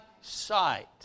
sight